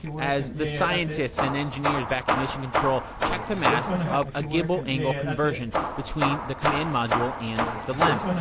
as the scientists and engineers back at mission control check the math of a gimbal angle conversion between the command module and the lem.